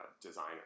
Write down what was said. designer